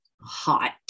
hot